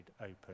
open